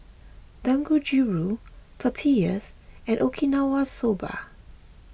Dangojiru Tortillas and Okinawa Soba